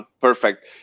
perfect